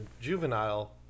juvenile